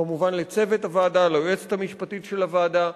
וכמובן, לצוות הוועדה, ליועצת המשפטית של הוועדה.